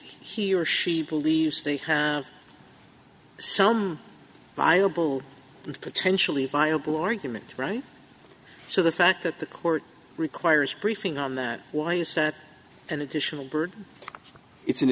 he or she believes they have some viable and potentially viable argument right so the fact that the court requires briefing on that one is set an additional burden it's an